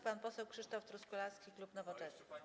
Pan poseł Krzysztof Truskolaski, klub Nowoczesna.